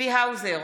צבי האוזר,